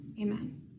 Amen